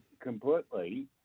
completely